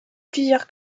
plusieurs